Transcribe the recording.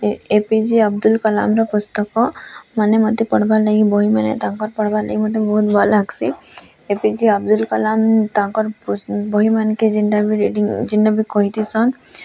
ଏ P J Abdul କଲାମ୍ର ପୁସ୍ତକ୍ ମାନେ ମତେ ପଢ଼୍ବାର୍ ଲାଗି ବହିମାନେ ତାଙ୍କର୍ ପଢ଼୍ବାର୍ ଲାଗି ମୋତେ ବହୁତ୍ ଭଲ୍ ଲାଗ୍ସି A P J Abdul Kalam ତାଙ୍କର୍ ବହିମାନ୍କେ ଜେନ୍ତାକେ ରିଡିଙ୍ଗ୍ କହି ଥିସନ୍